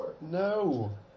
No